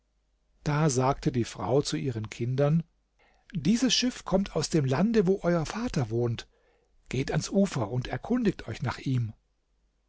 da sagte die frau zu ihren kindern dieses schiff kommt aus dem lande wo euer vater wohnt geht ans ufer und erkundigt euch nach ihm